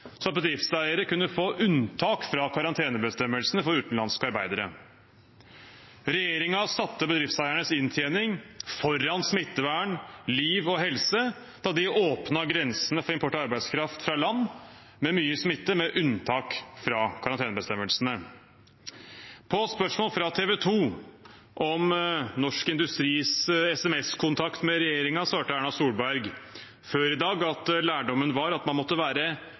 så bedriftseiere kunne få unntak fra karantenebestemmelsene for utenlandske arbeidere. Regjeringen satte bedriftseiernes inntjening foran smittevern, liv og helse da de åpnet grensene for import av arbeidskraft fra land med mye smitte, med unntak fra karantenebestemmelsene. På spørsmål fra TV 2 om Norsk Industris SMS-kontakt med regjeringen svarte Erna Solberg før i dag at lærdommen var at man måtte